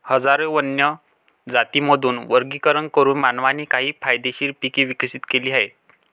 हजारो वन्य जातींमधून वर्गीकरण करून मानवाने काही फायदेशीर पिके विकसित केली आहेत